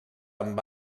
amb